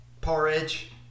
Porridge